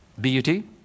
B-U-T